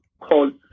called